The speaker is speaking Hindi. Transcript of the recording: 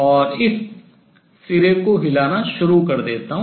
और इस छोर सिरे को हिलाना शुरू कर देता हूँ